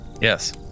Yes